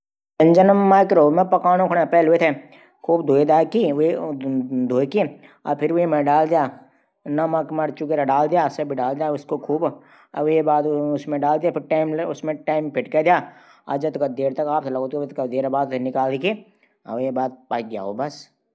Vacuum cleaner machine एक कमरों थै साफ करनै मसीन चा। जो फर्श चटाई कूणो कूणो धूल खौड कटक्यार थे साफ करदी।